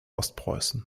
ostpreußen